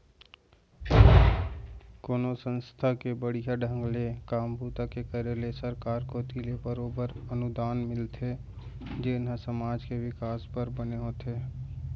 कोनो संस्था के बड़िहा ढंग ले काम बूता के करे ले सरकार कोती ले बरोबर अनुदान मिलथे जेन ह समाज के बिकास बर बने होथे